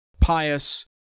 pious